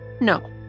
No